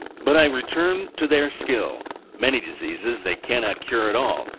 but i return to their skill many diseases they cannot cure at all,